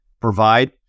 provide